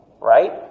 Right